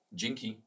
dzięki